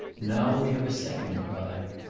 now we have a second crime.